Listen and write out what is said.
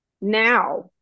now